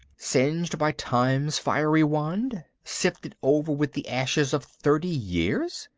singed by time's fiery wand. sifted over with the ashes of thirty years?